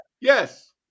Yes